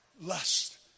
lust